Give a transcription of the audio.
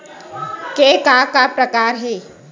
के का का प्रकार हे?